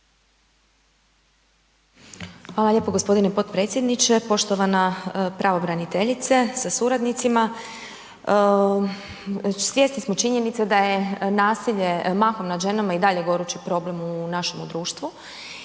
Hvala lijepo g. potpredsjedniče. Poštovana pravobraniteljice sa suradnicima, svjesni smo činjenice da je nasilje mahom nad ženama i dalje gorući problem u našemu društvu